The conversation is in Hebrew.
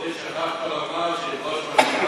אורי, שכחת לומר: עם ראש ממשלה